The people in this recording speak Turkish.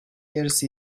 yarısı